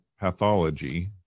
pathology